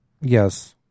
Yes